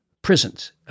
prisons